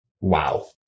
wow